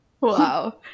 Wow